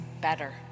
better